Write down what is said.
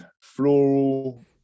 floral